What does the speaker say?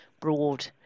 broad